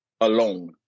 alone